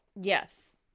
Yes